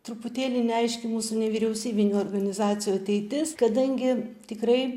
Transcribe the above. truputėlį neaiški mūsų nevyriausybinių organizacijų ateitis kadangi tikrai